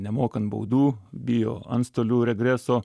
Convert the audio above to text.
nemokant baudų bijo antstolių regreso